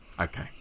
Okay